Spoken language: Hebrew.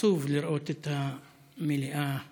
עצוב לראות את המליאה כך,